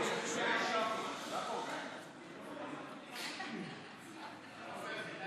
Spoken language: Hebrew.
הסתייגות מס' 40. מי בעד ההסתייגות?